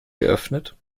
geöffnet